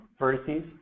vertices